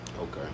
Okay